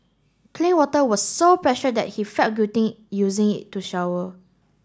clean water was so precious that he felt guilty using it to shower